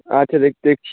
আচ্ছা দেখছি